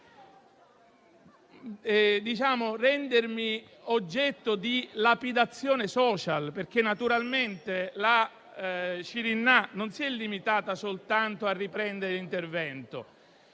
e rendermi oggetto di lapidazione *social*, perché naturalmente non si è limitata solo a riprendere l'intervento,